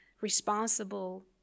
responsible